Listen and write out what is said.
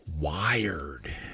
wired